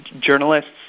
Journalists